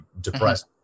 depressed